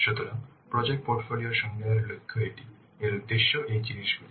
সুতরাং project portfolio সংজ্ঞা এর লক্ষ্য এটি এর উদ্দেশ্য এই জিনিসগুলি